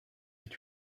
est